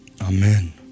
Amen